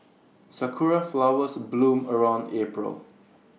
Sakura Flowers bloom around April